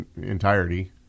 entirety